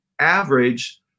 average